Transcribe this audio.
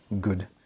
good